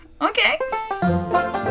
okay